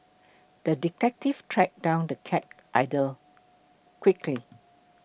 the detective tracked down the cat quickly